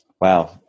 Wow